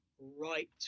right